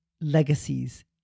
legacies